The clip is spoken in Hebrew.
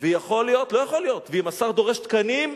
ויכול להיות, לא יכול להיות: אם השר דורש תקנים,